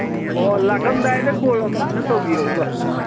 ꯑꯣ ꯂꯥꯛꯑꯝꯗꯥꯏꯗ ꯀꯣꯜ ꯑꯝꯇ ꯇꯧꯕꯤꯔꯛꯎꯕ